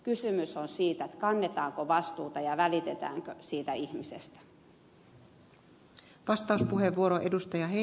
kysymys on siitä kannetaanko vastuuta ja välitetäänkö siitä ihmisestä